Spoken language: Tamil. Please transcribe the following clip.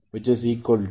6 A